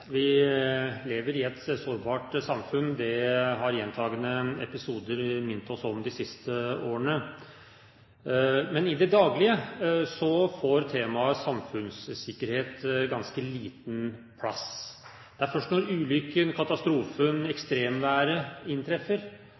Vi lever i et sårbart samfunn. Det har gjentatte episoder minnet oss om de siste årene. Men i det daglige får temaet samfunnssikkerhet ganske liten plass. Det er først når ulykken, katastrofen, ekstremværet inntreffer